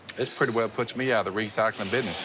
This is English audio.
this pretty well puts me out of the recycling business.